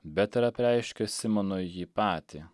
bet ir apreiškia simonui jį patį